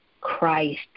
Christ